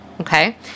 okay